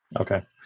Okay